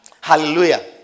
hallelujah